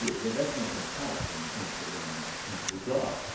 but that's not going to cut it when you come to a randomised clinical trial,